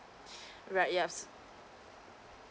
right yes